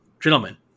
gentlemen